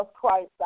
Christ